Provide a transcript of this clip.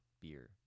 beer